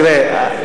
תראה,